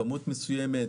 כמות מסוימת,